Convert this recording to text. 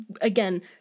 again